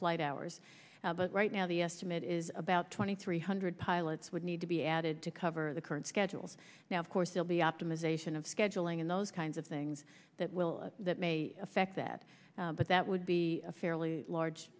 flight hours now but right now the estimate is about twenty three hundred pilots would need to be added to cover the current schedules now of course will be optimization of scheduling and those kinds of things that will that may affect that but that would be a fairly large